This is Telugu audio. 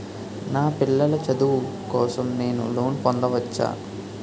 నా పిల్లల చదువు కోసం నేను లోన్ పొందవచ్చా?